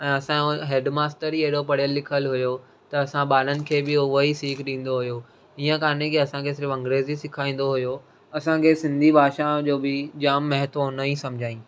ऐं असाजो head master ही हेॾो पढ़ियल लिखयल हुओ त असां ॿारनि खे बि उहो ई सीख ॾींदो हुओ हीअ काने की असांखे सिर्फ़ अंग्रेजी सेखारींदो हुओ असांखे सिंधी भाषा जो बि जाम महत्व हुन ई समुझायई